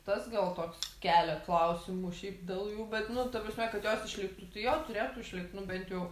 tas gal toks kelia klausimų šiaip daugiau bet nu ta prasme kad jos išliktų tai jo turėtų išlikt nu bent jau